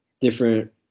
different